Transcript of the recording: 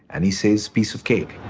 and he says, piece of cake.